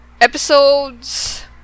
Episodes